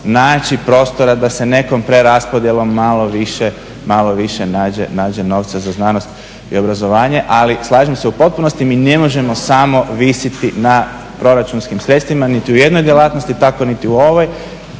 naći prostora da se nekom preraspodjelom malo više nađe novca za znanost i obrazovanja. Ali slažem se u potpunosti mi ne možemo samo visiti na proračunskim sredstvima niti u jednoj djelatnosti tako niti u ovoj.